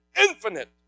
infinite